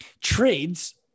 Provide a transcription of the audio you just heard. trades